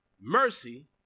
mercy